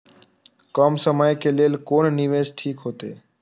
कम समय के लेल कोन निवेश ठीक होते?